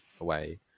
away